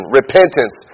repentance